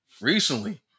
recently